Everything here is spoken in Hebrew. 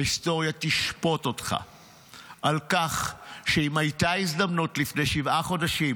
ההיסטוריה תשפוט אותך על כך שאם הייתה הזדמנות לפני שבעה חודשים